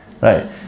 Right